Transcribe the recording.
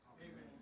amen